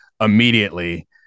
immediately